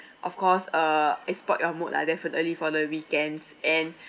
and of course uh it spoilt your mood lah definitely for the weekends and